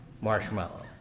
marshmallow